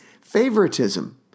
favoritism